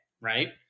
right